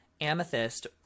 Amethyst